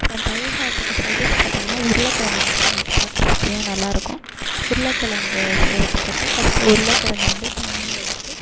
அப்புறம் தயிர் சாத்துக்கு சைடிஸ் பார்த்தீங்கன்னா உருளக்கெழங்கு ரொம்ப டேஸ்டாக கிரிஸ்பியாக நல்லாயிருக்கும் உருளக்கெழங்கு செய்கிறதுக்கு வந்து ஃபர்ஸ்ட்டு உருளக்கெழங்க வந்து தனியாக எடுத்து